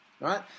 Right